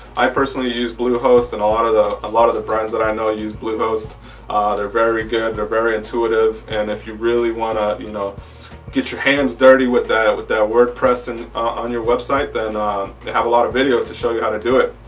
i personally use use bluehost and a lot of the ah lot of the brands that i know use bluehost they're very good and they're very intuitive. and if you really want to you know get your hands dirty with that with that wordpress and on your website. then they have a lot of videos to show you how to do it.